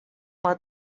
let